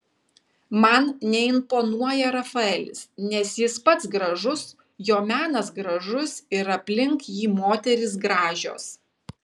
man neimponuoja rafaelis nes jis pats gražus jo menas gražus ir aplink jį moterys gražios